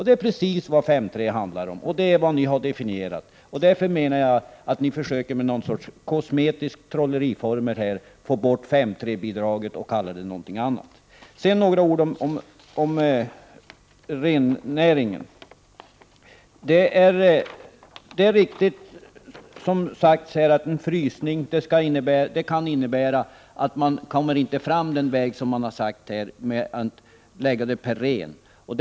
Det är precis vad 5:3 handlar om, och det är vad ni har definierat. Därför menar jag att ni försöker att med någon sorts kosmetisk trolleriformel få bort 5:3-bidraget och kalla det någonting annat. Så några ord om rennäringen. Det är riktigt, som det har sagts här, att en frysning kan innebära att man inte kommer fram på den väg man har tänkt sig, dvs. att ge ersättning per ren.